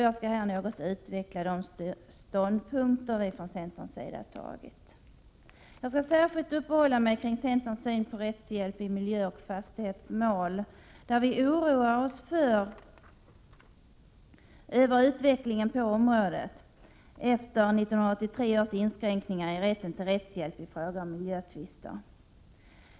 Jag skall här något utveckla de ståndpunkter vi från centerns sida har intagit. Jag skall särskilt uppehålla mig kring centerns syn på rättshjälp i miljöoch fastighetsmål. Vi oroar oss nämligen över utvecklingen på detta område efter 1983 års inskränkningar i rätten till rättshjälp i fråga om miljötvister.